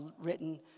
written